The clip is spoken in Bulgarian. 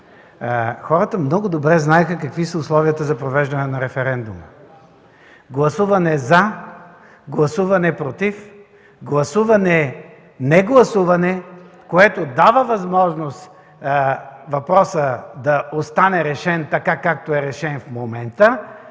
Хората много добре знаеха какви са условията за провеждане на референдума – гласуване „за”, гласуване „против”, негласуване, което дава възможност въпросът да остане решен така, както е решен в момента.